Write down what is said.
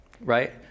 right